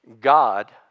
God